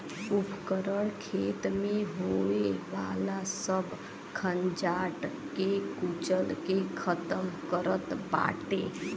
उपकरण खेत में होखे वाला सब खंजाट के कुचल के खतम करत बाटे